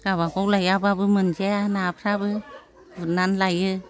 गाबागाव लायाब्लाबो मोनजाया नाफ्राबो गुरनानै लाइयो